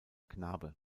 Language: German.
knabe